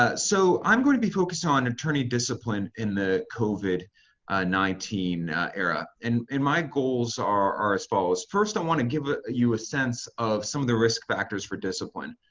ah so i'm going to be focused on attorney discipline in the covid nineteen era. and in my goals are as follows. first, i want to give ah you a sense of some of the risk factors for discipline,